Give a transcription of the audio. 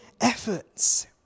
efforts